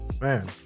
Man